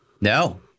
No